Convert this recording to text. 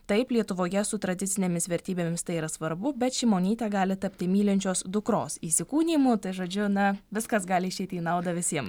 taip lietuvoje su tradicinėmis vertybėmis tai yra svarbu bet šimonytė gali tapti mylinčios dukros įsikūnijimu žodžiu na viskas gali išeiti į naudą visiem